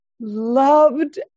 loved